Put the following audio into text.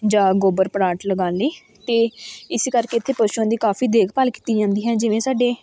ਜਾਂ ਗੋਬਰ ਪਲਾਂਟ ਲਗਾਉਣ ਲਈ ਅਤੇ ਇਸ ਕਰਕੇ ਇੱਥੇ ਪਸ਼ੂਆਂ ਦੀ ਕਾਫ਼ੀ ਦੇਖਭਾਲ ਕੀਤੀ ਜਾਂਦੀ ਹੈ ਜਿਵੇਂ ਸਾਡੇ